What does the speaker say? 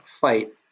fight